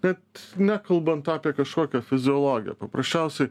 bet nekalbant apie kažkokią fiziologiją paprasčiausiai